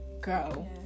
go